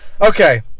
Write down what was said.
Okay